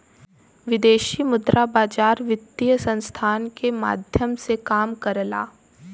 विदेशी मुद्रा बाजार वित्तीय संस्थान के माध्यम से काम करला